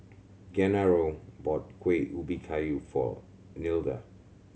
Genaro bought Kueh Ubi Kayu for Nilda